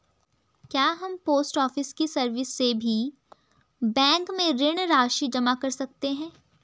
क्या हम post office की सर्विस से भी बैंक में ऋण राशि जमा कर सकते हैं?